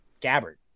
Gabbard